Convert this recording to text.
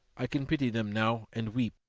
i can pity them now and weep,